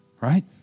right